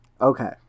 Okay